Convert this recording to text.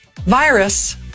Virus